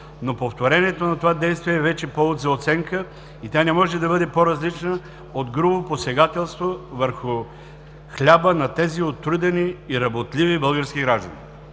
но повторението на това действие е вече повод за оценка и тя не може да бъде по-различна от грубо посегателство върху хляба на тези отрудени и работливи български граждани.